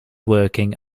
working